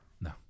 No